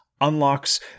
unlocks